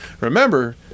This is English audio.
remember